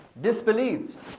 disbelieves